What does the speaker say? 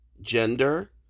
gender